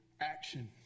action